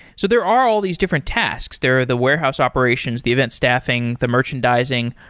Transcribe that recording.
so there are all these different tasks. there are the warehouse operations, the event staffing, the merchandising.